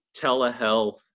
telehealth